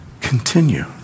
continue